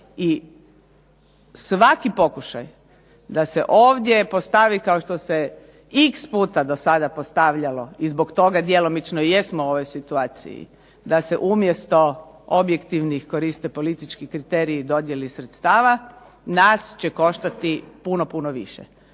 I svaki pokušaj da se ovdje postavi kao što se x puta do sada postavljalo i zbog toga i jesmo djelomično u ovoj situaciji da se umjesto objektivnih koriste politički kriteriji u dodjeli sredstava nas će koštati puno više.